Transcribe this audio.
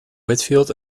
whitfield